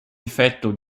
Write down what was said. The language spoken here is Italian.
difetto